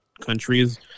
countries